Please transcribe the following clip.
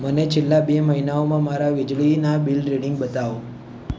મને છેલ્લા બે મહિનાઓમાં મારા વીજળીના બિલ રીડિંગ બતાવો